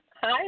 Hi